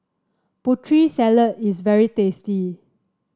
Putri Salad is very tasty